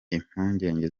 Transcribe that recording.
impungenge